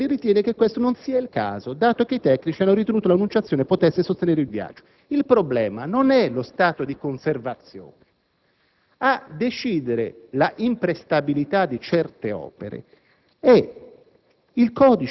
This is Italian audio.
Rutelli risponde che questo non ritiene sia il caso, dato che i tecnici hanno reputato che l'«Annunciazione» potesse sostenere il viaggio. Il problema non è lo stato di conservazione: a decidere la imprestabilità di certe opere è